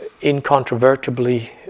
incontrovertibly